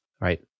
right